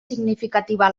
significativa